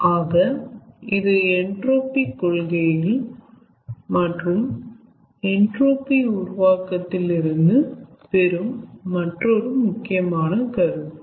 ஆக இது என்ட்ரோபி கொள்கையில் மற்றும் என்ட்ரோபி உருவாக்கத்தில் இருந்து பெறும் மற்றொரு முக்கியமான கருத்து